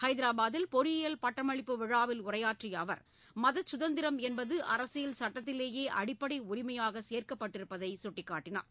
ஐதராபாத்தில் பொறியியல் பட்டமளிப்பு விழாவில் உரையாற்றிய அவர் மத சுதந்திரம் என்பது அரசியல் சட்டத்திலேயே அடிப்படை உரிமையாக சேர்க்கப்பட்டிருப்பதை சுட்டிக்காட்டினார்